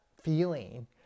feeling